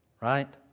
right